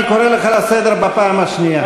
אני קורא אותך לסדר בפעם השנייה.